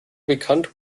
bekannt